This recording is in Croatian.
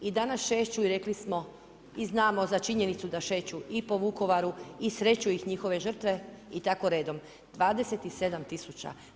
I danas šeću i rekli smo, i znamo za činjenicu da šeću i po Vukovaru i sreću ih njihove žrtve i tako redom, 27000.